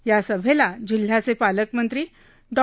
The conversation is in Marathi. या सभेला जिल्ह्याचे पालकमंत्री डॉ